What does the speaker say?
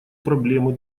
проблемы